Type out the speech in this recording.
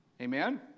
Amen